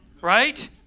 right